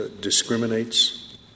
discriminates